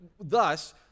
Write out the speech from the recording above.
Thus